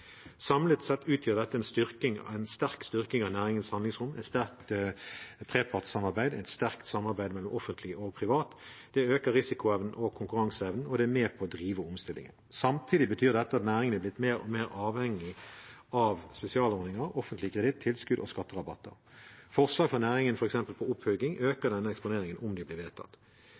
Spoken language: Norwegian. Samlet sett utgjør dette en sterk styrking av næringens handlingsrom, et sterkt trepartssamarbeid og et sterkt samarbeid offentlig-privat. Det øker risikoen og konkurranseevnen, og det er med på å drive omstillingen. Samtidig betyr dette at næringen er blitt mer og mer avhengig av spesialordninger, offentlig kreditt, tilskudd og skatterabatter. Forslag fra næringen f.eks. på oppfølging øker denne eksponeringen, om de blir vedtatt.